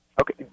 Okay